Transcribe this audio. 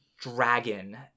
dragon